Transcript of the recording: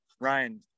Ryan